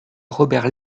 robert